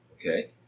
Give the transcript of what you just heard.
Okay